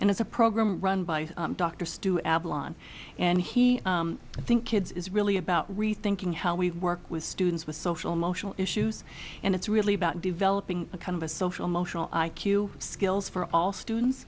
and is a program run by dr stu avalon and he think kids is really about rethinking how we work with students with social motional issues and it's really about developing a kind of a social motional i q skills for all students